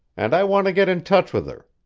and i want to get in touch with her.